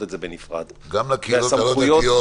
את זה בנפרד --- גם לקהילות הלא דתיות,